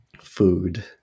food